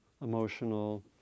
emotional